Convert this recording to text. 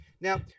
Now